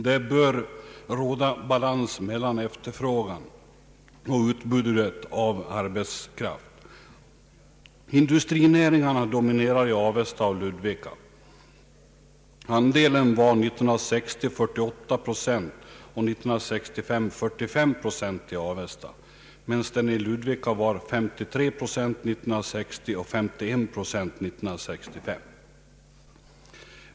Det bör råda balans mellan efterfrågan och utbudet av arbetskraft. Industrinäringarna dominerar i Avesta och Ludvika. Andelen var 48 procent 1960 och 45 procent 1965 i Avesta, medan den i Ludvika var 53 procent 1960 och 51 procent 1963.